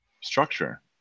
structure